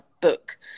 book